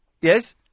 Yes